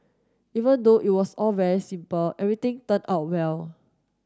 even though it was all very simple everything turned out well